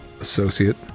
associate